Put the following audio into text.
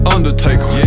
Undertaker